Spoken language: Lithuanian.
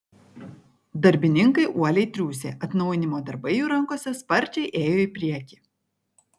darbininkai uoliai triūsė atnaujinimo darbai jų rankose sparčiai ėjo į priekį